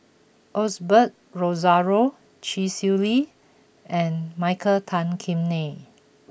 Osbert Rozario Chee Swee Lee and Michael Tan Kim Nei